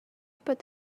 put